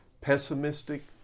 pessimistic